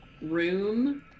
room